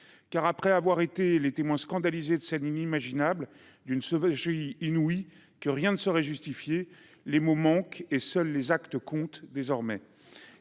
!» Après avoir été les témoins scandalisés de scènes inimaginables, d’une sauvagerie inouïe que rien ne saurait justifier, les mots manquent et seuls les actes comptent désormais.